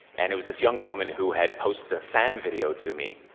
and it was this young woman who had posted a fan video to me,